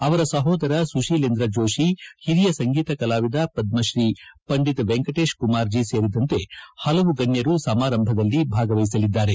ಅವರ ಸಹೋದರ ಸುತೀಲೇಂದ್ರ ಜೋತಿ ಹಿರಿಯ ಸಂಗೀತ ಕಲಾವಿದ ಪದ್ರತೀ ಪಂಡಿತ್ ವೆಂಕಟೇಶ್ ಕುಮಾರ್ ಜೀ ಸೇರಿದಂತೆ ಪಲವು ಗಣ್ಣರು ಸಮಾರಂಭದಲ್ಲಿ ಭಾಗವಹಿಸಲಿದ್ದಾರೆ